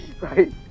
Right